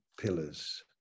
pillars